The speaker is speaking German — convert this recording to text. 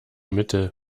mittel